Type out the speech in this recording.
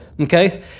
okay